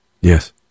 Yes